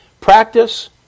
Practice